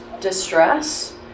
distress